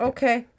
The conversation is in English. Okay